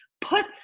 Put